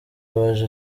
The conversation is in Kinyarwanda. waje